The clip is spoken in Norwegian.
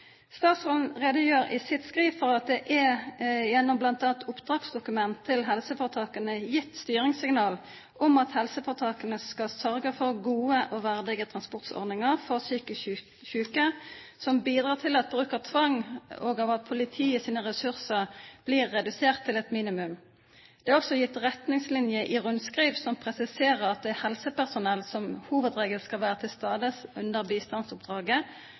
Statsråden redegjør i sitt skriv for at det gjennom bl.a. et oppdragsdokument til helseforetakene er gitt styringssignal om at helseforetakene skal sørge for gode og verdige transportordninger for psykisk syke, som skal bidra til at bruk av tvang og politiets ressurser blir redusert til et minimum. Det er også gitt retningslinjer i et rundskriv, som presiserer at helsepersonell som hovedregel skal være til stede under bistandsoppdraget,